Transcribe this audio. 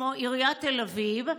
כמו בעיריית תל אביב,